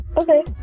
okay